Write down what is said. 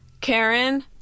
Karen